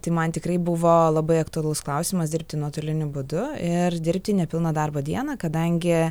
tai man tikrai buvo labai aktualus klausimas dirbti nuotoliniu būdu ir dirbti nepilną darbo dieną kadangi